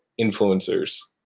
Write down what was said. influencers